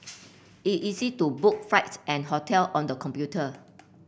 it easy to book flights and hotel on the computer